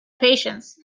patience